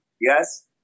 yes